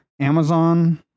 Amazon